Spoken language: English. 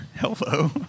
hello